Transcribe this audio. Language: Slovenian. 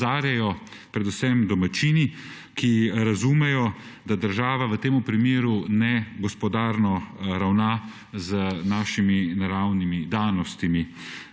predvsem domačini, ki razumejo, da država v tem primeru negospodarno ravna z našimi naravnimi danostmi.